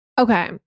Okay